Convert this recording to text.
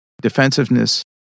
defensiveness